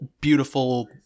beautiful